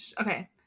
Okay